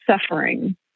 suffering